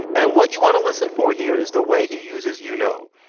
and what you want to listen for here is the way he uses you know,